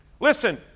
Listen